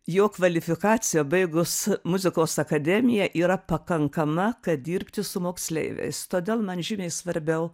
jo kvalifikacija baigus muzikos akademiją yra pakankama kad dirbti su moksleiviais todėl man žymiai svarbiau